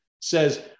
says